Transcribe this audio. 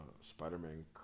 Spider-Man